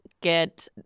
get